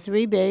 three big